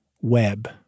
web